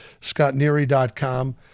scottneary.com